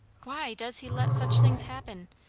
why does he let such things happen?